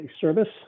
service